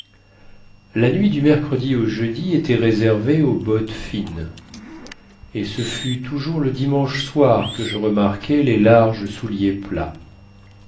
la nuit du mercredi au jeudi était réservée aux bottes fines et ce fut toujours le dimanche soir que je remarquai les larges souliers plats